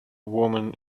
woman